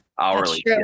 hourly